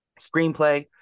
screenplay